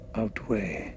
outweigh